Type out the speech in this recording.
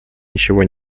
ничего